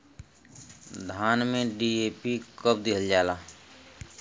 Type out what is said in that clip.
धान में डी.ए.पी कब दिहल जाला?